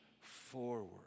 forward